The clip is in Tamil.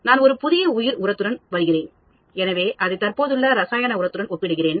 நான் ஒரு புதிய உயிர் உரத்துடன் வருகிறேன் எனவே அதை தற்போதுள்ள ரசாயன உரத்துடன் ஒப்பீடுகிறேன்